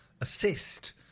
Assist